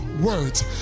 words